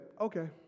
Okay